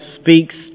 speaks